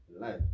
life